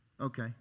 Okay